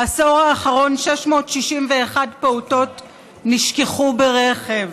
בעשור האחרון 661 פעוטות נשכחו ברכב,